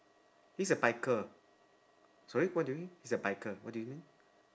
he's a biker sorry what do you mean he's a biker what do you mean